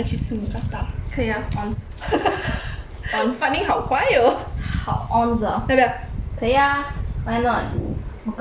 可以啊 ons ons 好 ons 哦可以啊 why not mookata is good